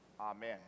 Amen